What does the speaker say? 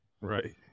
Right